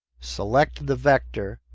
select the vector.